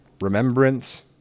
Remembrance